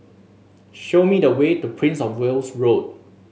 show me the way to Prince Of Wales Road